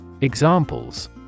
Examples